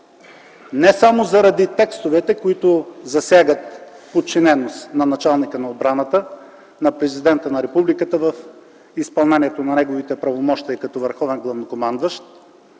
Не само заради текстовете, които засягат подчиненост на началника на отбраната, на президента на републиката в изпълнението на неговите правомощия като върховен главнокомандващ,